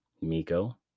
Miko